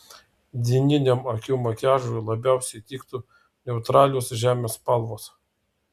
dieniniam akių makiažui labiausiai tiktų neutralios žemės spalvos